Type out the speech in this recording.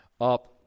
up